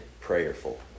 prayerful